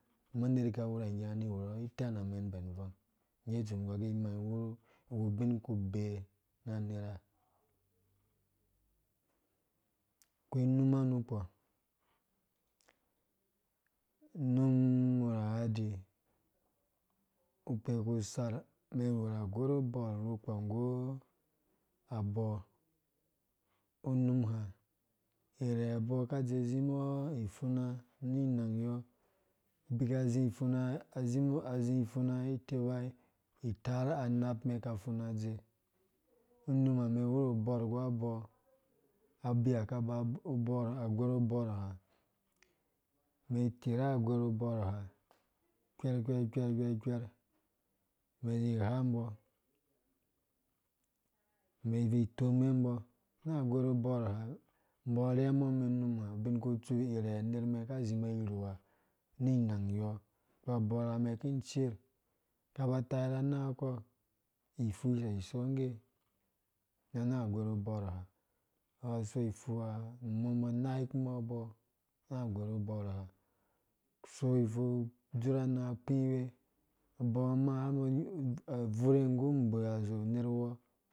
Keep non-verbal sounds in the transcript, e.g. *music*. Ama unerwi ka awura angge unga ni iwuri itɛn amɛn bɛn ivang ngge itsu umum ingɔr ugɛ imang awu ubin ku bee ina anera akoi unuma nukpɔ unum urhahadi ukpe kui usar umɛn iwura agwerhu bɔrh ru kpɔ nggu abɔɔ unum ha irhɛ abɔɔ ka dze azimbɔ ifuna azi ifuna ifuna, azi umbɔ azi ifuna ifuna azi umbɔ azi ifuna ni iteba itaar adapumɛn ka afuna dze unuma umɛn iwuru ubɔrh nggu abɔɔ abi ha ka ba ubɔrh agwerhu uborh ha kwer kwer kwer kwer, umɛn izi igha umbɔ ni ibvui itomuwe umbɔ na agweru ubɔrh ha, umbɔ arhembɔ umɛn unum ha ubinkutsu irhe anermɛn ka zimbɔ irhowa ni inang yɔɔ kpura abɔra umen kiciir ka ba atayi ra ananga kɔɔ ifu iso isongge na anang agweru ubɔrh ha umbɔ aka aso ifva, mɔ umbɔ anikumbɔ abɔɔ na agweru ubɔrh ha a ifu adzurh ananga akpiwe, abɔɔ ma *unintelligible* a bvure nggu unbui azoo uner woo